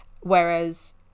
whereas